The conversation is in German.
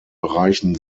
bereichen